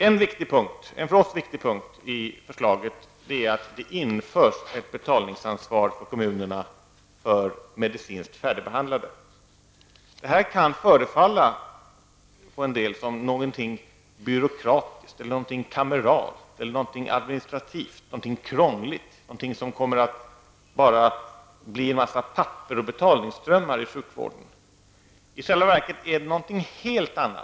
En för folkpartiet viktig punkt i förslaget är att det införs ett betalningsansvar för kommunerna för medicinskt färdigbehandlade patienter. Detta kan för en del förefalla som någonting byråkratiskt, kameralt, någonting administrativt krångligt, någonting som bara kommer att skapa en massa papper och betalningsströmmar inom sjukvården. I själva verket är det någonting helt annat.